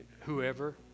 whoever